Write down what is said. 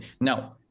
Now